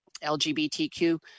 LGBTQ